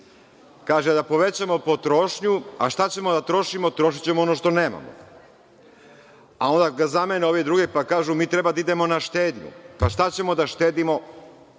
Kaže da povećamo potrošnju, a šta ćemo da trošimo, trošićemo ono što nemamo. Onda ga zamene oni drugi, pa kažu – mi treba da idemo na štednju. Pa, šta ćemo da štedimo,